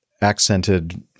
accented